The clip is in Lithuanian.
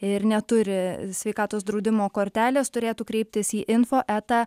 ir neturi sveikatos draudimo kortelės turėtų kreiptis į info eta